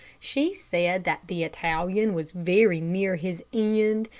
she said that the italian was very near his end,